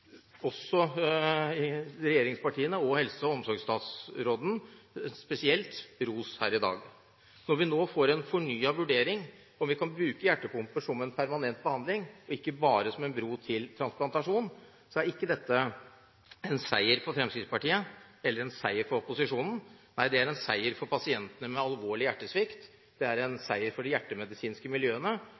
også regjeringspartiene, og helse- og omsorgsstatsråden spesielt, ros her i dag. Når vi nå får en fornyet vurdering og vi kan bruke hjertepumper som en permanent behandling og ikke bare som en bro til transplantasjon, er ikke dette en seier for Fremskrittspartiet eller en seier for opposisjonen – nei, det er en seier for pasienter med alvorlig hjertesvikt og en seier for de hjertemedisinske miljøene.